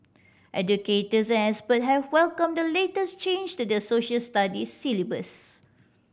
educators and expert have welcomed the latest change to the Social Studies syllabus